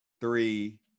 Three